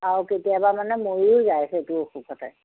আৰু কেতিয়াবা মানে মৰিও যায় সেইটো অসুখতে